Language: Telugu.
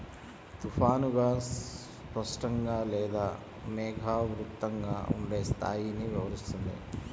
తుఫానుగా, స్పష్టంగా లేదా మేఘావృతంగా ఉండే స్థాయిని వివరిస్తుంది